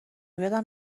یادم